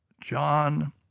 John